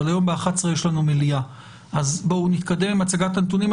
אבל היום ב-11:00 יש לנו מליאה אז בואו נתקדם עם הצגת הנתונים.